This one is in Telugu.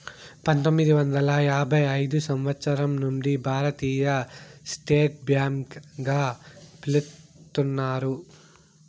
పంతొమ్మిది వందల యాభై ఐదు సంవచ్చరం నుండి భారతీయ స్టేట్ బ్యాంక్ గా పిలుత్తున్నారు